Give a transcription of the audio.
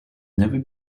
never